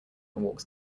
walks